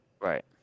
right